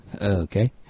Okay